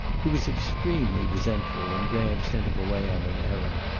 he was extremely resentful when graham sent him away on an errand.